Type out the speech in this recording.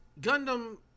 Gundam